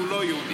והוא לא יהודי.